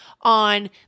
on